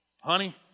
honey